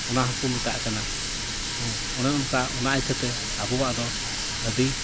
ᱚᱱᱟ ᱦᱚᱸᱠᱚ ᱢᱮᱛᱟᱜ ᱠᱟᱱᱟ ᱚᱱᱮ ᱚᱱᱠᱟ ᱚᱱᱟ ᱤᱠᱷᱟᱹᱛᱮ ᱟᱵᱚᱣᱟᱜ ᱫᱚ ᱟᱹᱰᱤ